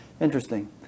Interesting